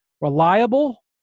reliable